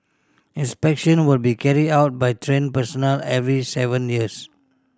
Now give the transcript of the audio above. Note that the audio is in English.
inspection will be carried out by trained personnel every seven years